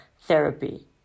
therapy